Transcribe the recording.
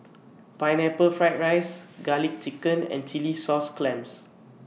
Pineapple Fried Rice Garlic Chicken and Chilli Sauce Clams